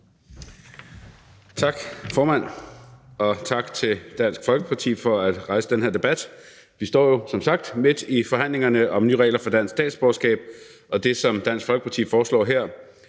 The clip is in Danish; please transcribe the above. Tak, formand, og tak til Dansk Folkeparti for at rejse den her debat. Vi står jo som sagt midt i forhandlingerne om nye regler for dansk statsborgerskab, og det, som Dansk Folkeparti foreslår her,